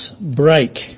break